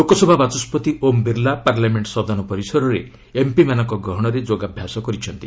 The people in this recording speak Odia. ଲୋକସଭା ବାଚସ୍କତି ଓମ୍ ବିର୍ଲା ପାର୍ଲାମେଣ୍ଟ ସଦନ ପରିସରରେ ଏମ୍ପିମାନଙ୍କ ଗହଣରେ ଯୋଗାଭ୍ୟାସ କରିଛନ୍ତି